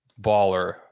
baller